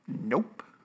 Nope